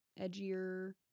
edgier